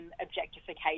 objectification